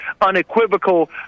unequivocal